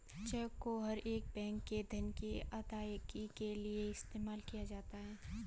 check को हर एक बैंक में धन की अदायगी के लिये इस्तेमाल किया जाता है